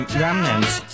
remnants